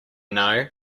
know